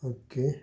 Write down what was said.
okay